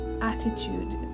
attitude